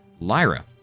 Lyra